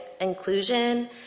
inclusion